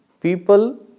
people